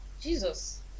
Jesus